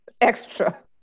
extra